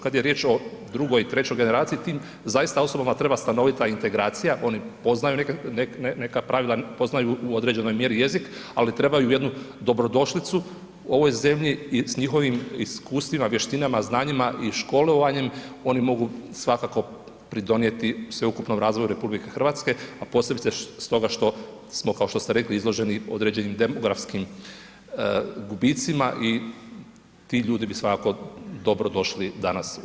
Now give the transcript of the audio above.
Kad je riječ o drugoj, trećoj generaciji tim zaista osobama treba stanovita integracija, oni poznaju neka pravila, poznaju u određenoj mjeri jezik, ali trebaju jednu dobrodošlicu ovoj zemlji i sa njihovim iskustvima, vještinama, znanjima i školovanjem oni mogu svakako pridonijeti sveukupnom razvoju RH a posebice stoga što smo kao što ste rekli izloženi određenim demografskim gubicima i ti ljudi bi svakako dobro došli danas u RH.